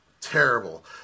terrible